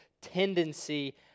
tendency